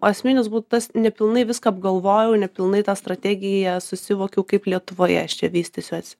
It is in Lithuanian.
esminis būtų tas nepilnai viską apgalvojau nepilnai tą strategiją susivokiau kaip lietuvoje aš čia vystysiuos